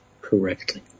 correctly